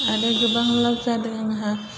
आरो गोबां लाभ जादों आंहा